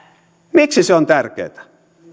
miksi se on tärkeätä